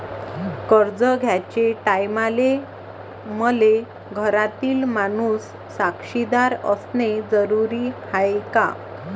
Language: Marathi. कर्ज घ्याचे टायमाले मले घरातील माणूस साक्षीदार असणे जरुरी हाय का?